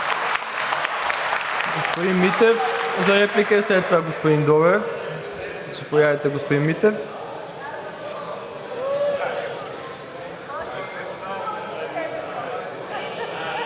Господин Митев – за реплика, след това господин Добрев. Заповядайте, господин Митев.